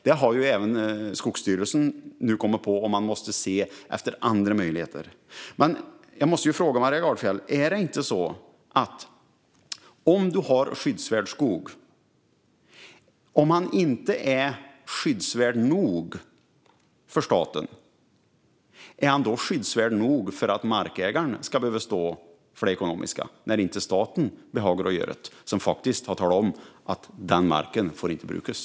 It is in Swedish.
Det har även Skogsstyrelsen nu kommit på, och man måste titta på andra möjligheter. Jag måste fråga Maria Gardfjell: Om den skog man har inte är skyddsvärd nog för staten, är den då skyddsvärd nog för att markägaren ska behöva stå för det ekonomiska? Staten behagar alltså inte göra det, men det är staten som har talat om att marken inte får brukas.